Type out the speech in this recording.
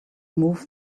move